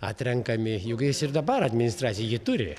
atrenkami juk jis ir dabar administracija jį turi